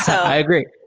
i agree.